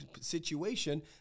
situation